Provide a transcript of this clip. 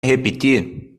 repetir